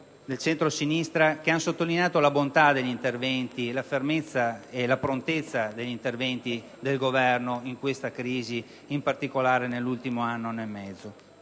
del centrosinistra, infatti, hanno sottolineato la bontà degli interventi, la fermezza e la prontezza degli interventi del Governo in questa crisi, in particolare nell'ultimo anno e mezzo.